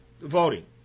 voting